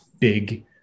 big